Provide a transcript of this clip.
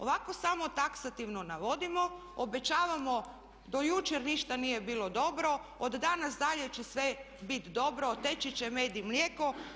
Ovako samo taksativno navodimo, obećavamo do jučer ništa nije bilo dobro, od danas dalje će sve biti dobro, teći će med i mlijeko.